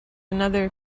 another